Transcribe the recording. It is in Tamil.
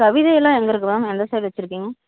கவிதையெல்லாம் எங்கே இருக்கு மேம் எந்த சைடு வச்சுருக்கீங்க